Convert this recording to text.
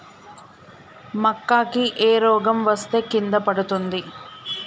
మక్కా కి ఏ రోగం వస్తే కింద పడుతుంది?